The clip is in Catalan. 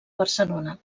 barcelona